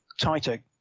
tighter